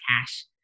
cash